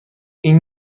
این